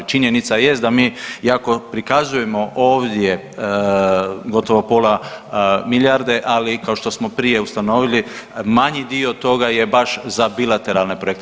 Činjenica jest da mi iako prikazujemo ovdje gotovo pola milijarde ali kao što smo prije ustanovili manji dio toga je baš za bilateralne projekte.